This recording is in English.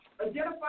Identify